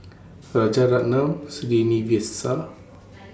Rajaratnam Srinivasa